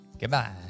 Goodbye